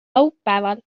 laupäeval